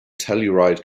telluride